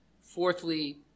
Fourthly